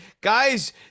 Guys